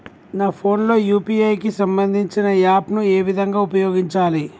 నా ఫోన్ లో యూ.పీ.ఐ కి సంబందించిన యాప్ ను ఏ విధంగా ఉపయోగించాలి?